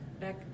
back